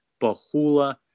Bahula